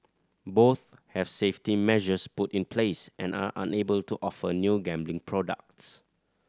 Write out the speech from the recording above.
both have safety measures put in place and are unable to offer new gambling products